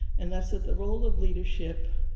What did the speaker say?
and that's that the role of leadership,